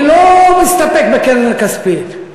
אני לא מסתפק בקרן כספית.